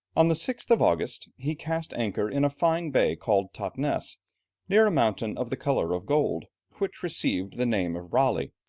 on the sixth of august, he cast anchor in a fine bay called tottness near a mountain of the colour of gold, which received the name of raleigh,